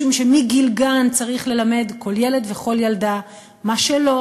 משום שמגיל גן צריך ללמד כל ילד וכל ילדה מה שלו,